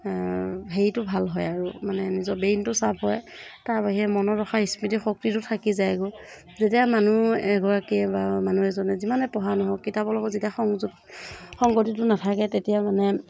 হেইটো ভাল হয় আৰু মানে নিজৰ ব্ৰেইনটো ছাৰ্প হয় তাৰবাহিৰে মনত ৰখা স্মৃতিশক্তিটো থাকি যায়গৈ যেতিয়া মানুহ এগৰাকীয়ে বা মানুহ এজনে যিমান পঢ়া নহওক কিতাপৰ লগত যেতিয়া সংযোগ সংগতিটো নাথাকে তেতিয়া মানে